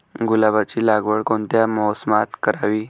गुलाबाची लागवड कोणत्या मोसमात करावी?